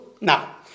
Now